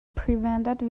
prevented